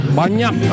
banyak